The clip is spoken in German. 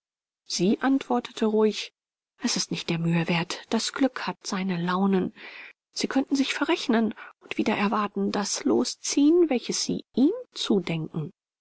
sie antwortete ruhig es ist nicht der mühe wert das glück hat seine launen sie könnten sich verrechnen und wider erwarten das los ziehen welches sie ihm zudenken